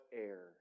air